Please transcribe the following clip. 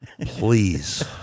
Please